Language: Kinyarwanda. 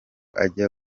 ajya